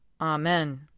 Amen